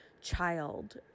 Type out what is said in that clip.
child